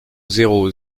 zéro